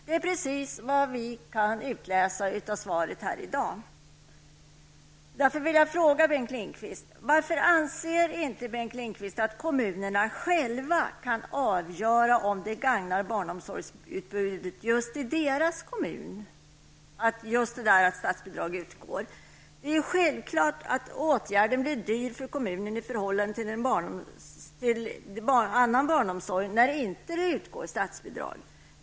Det är precis vad vi kan utläsa i svaret i dag. Jag vill därför fråga Bengt Lindqvist: Varför anser inte Bengt Lindqvist att kommunerna själva kan avgöra om det gagnar barnomsorgsutbudet för just deras kommun om statsbidrag utgår för ersättning till dagbarnvårdare för egna barn? Om det inte utgår statsbidrag är det självklart att det blir dyrt för kommunen i förhållande till kostnaderna för annan barnomsorg.